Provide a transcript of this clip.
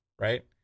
right